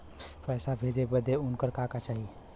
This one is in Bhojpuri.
पैसा भेजे बदे उनकर का का चाही?